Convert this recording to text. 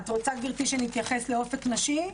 את רוצה, גברתי, שנתייחס לאופן נשי?